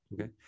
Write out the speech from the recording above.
Okay